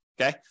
okay